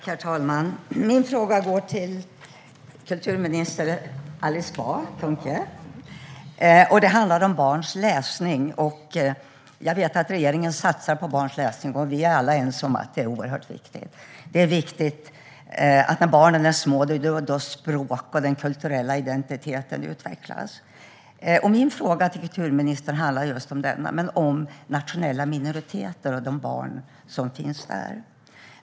Herr talman! Min fråga går till kulturminister Alice Bah Kuhnke. Det handlar om barns läsning. Jag vet att regeringen satsar på barns läsning, och vi är alla ense om att det är oerhört viktigt. Det är viktigt när barnen är små, eftersom det är då som språk och den kulturella identiteten utvecklas. Min fråga till kulturministern handlar om nationella minoriteter och de barn som finns där.